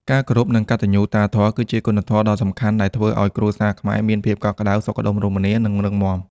ការគោរព និងកតញ្ញុតាធម៌គឺជាគុណធម៌ដ៏សំខាន់ដែលធ្វើឲ្យគ្រួសារខ្មែរមានភាពកក់ក្តៅ សុខដុមរមនា និងរឹងមាំ។